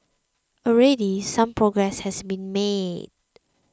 already some progress has been made